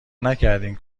نکردین